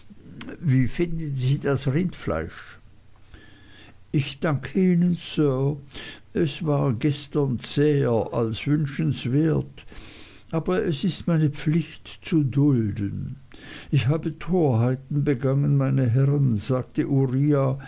wie finden sie das rindfleisch ich danke ihnen sir es war gestern zäher als wünschenswert aber es ist meine pflicht zu dulden ich habe torheiten begangen meine herrn sagte uriah